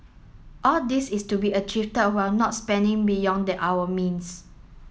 all this is to be achieve while not spending beyond that our means